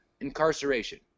incarceration